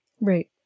Right